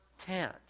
tent